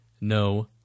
no